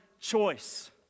choice